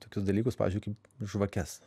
tokius dalykus pavyzdžiui kaip žvakes